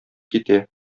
китә